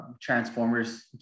transformers